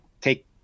take